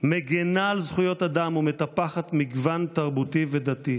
מגינה על זכויות אדם ומטפחת מגוון תרבותי ודתי.